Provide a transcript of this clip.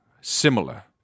similar